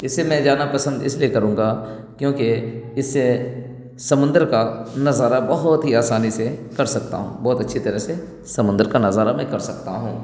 اس سے میں جانا اس لیے پسند کروں گا کیونکہ اس سے سمندر کا نظارہ بہت ہی آسانی سے کر سکتا ہوں بہت اچھی طرح سمندر کا نظارہ میں کر سکتا ہوں